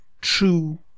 true